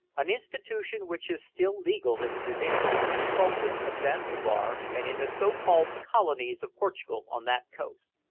an institution which is still legal in the dominions of the sultan of zanzibar and in the so-called colonies of portugal on that coast.